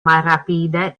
malrapide